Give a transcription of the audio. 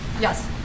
Yes